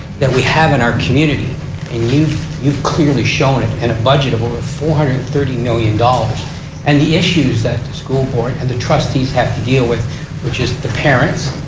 that we have in our community and you've you've clearly shown it in a budget of over four hundred and thirty million dollars and the issues that the school board and trustees have to deal with which is the parents.